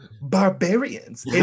Barbarians